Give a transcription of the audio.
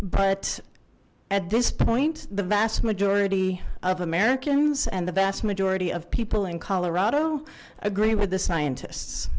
but at this point the vast majority of americans and the vast majority of people in colorado agree with the scientist